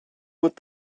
what